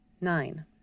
Nine